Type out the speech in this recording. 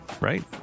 Right